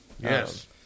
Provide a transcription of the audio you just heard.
Yes